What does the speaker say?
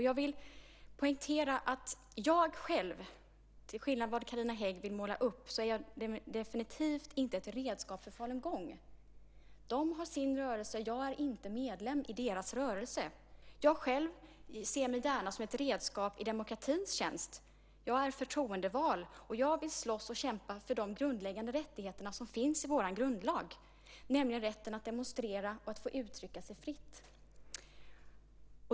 Jag vill poängtera att jag själv, till skillnad mot vad Carina Hägg vill måla upp, definitivt inte är ett redskap för falungong. De har sin rörelse, och jag är inte medlem i deras rörelse. Jag själv ser mig gärna som ett redskap i demokratins tjänst. Jag är förtroendevald. Jag vill slåss och kämpa för de grundläggande rättigheter som finns i vår grundlag, nämligen rätten att demonstrera och få uttrycka sig fritt.